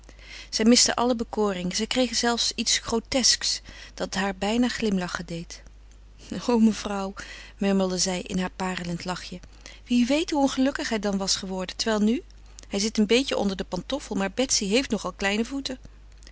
zij misten alle bekoring zij kregen zelfs iets grotesks dat haar bijna glimlachen deed o mevrouw murmelde zij in haar parelend lachje wie weet hoe ongelukkig hij dan was geworden terwijl nu hij zit een beetje onder den pantoffel maar betsy heeft nogal kleine voeten